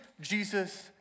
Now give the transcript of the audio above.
Jesus